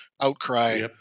outcry